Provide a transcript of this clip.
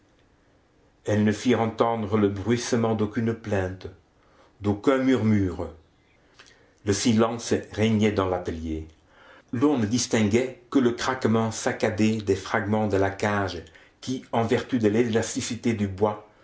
elles ne firent entendre le bruissement d'aucune plainte d'aucun murmure le silence régnait dans l'atelier l'on ne distinguait que le craquement saccadé des fragments de la cage qui en vertu de l'élasticité du bois